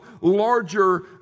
larger